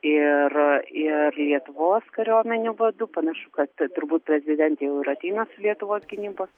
ir ir lietuvos kariuomenių vadų panašu kad turbūt prezidentė jau ir ateina su lietuvos gynybos